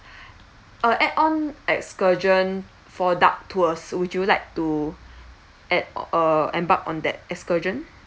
uh add on excursion for duck tours would you like to add uh embark on that excursion